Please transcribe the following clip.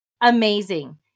amazing